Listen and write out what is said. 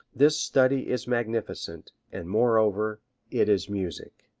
this study is magnificent, and moreover it is music.